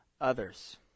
others